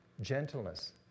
gentleness